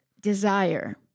desire